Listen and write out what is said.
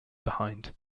behind